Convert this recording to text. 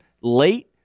late